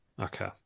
Okay